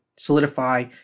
solidify